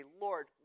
Lord